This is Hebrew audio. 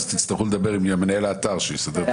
אז תצטרכו לדבר עם מנהל האתר שיסדר.